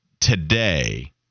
today